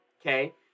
Okay